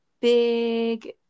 big